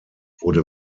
wurde